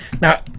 now